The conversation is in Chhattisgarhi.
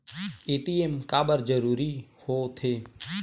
ए.टी.एम काबर जरूरी हो थे?